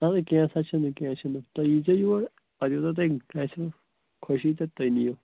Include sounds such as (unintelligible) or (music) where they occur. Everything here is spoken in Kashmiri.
وَلہٕ کینٛہہ سا چھُنہٕ کینٛہہ چھُنہٕ تُہۍ ییٖزیو یور اَگر نہٕ تۄہہِ گژھِوٕ خوشی تہٕ تیٚلہِ (unintelligible)